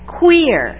queer